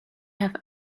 have